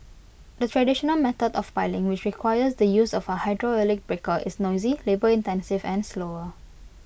the traditional method of piling which requires the use of A hydraulic breaker is noisy labour intensive and slower